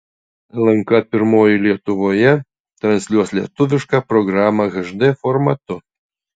lnk pirmoji lietuvoje transliuos lietuvišką programą hd formatu